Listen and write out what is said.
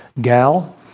gal